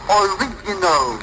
original